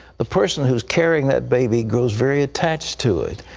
the person who is carrying that baby grows very attached to it,